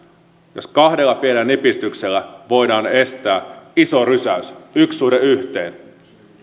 jos kahdella pienellä nipistyksellä voidaan estää iso rysäys yhden suhde yhteen